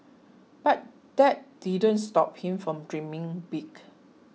but that didn't stop him from dreaming big